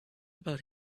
about